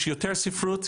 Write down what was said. יש יותר ספרות,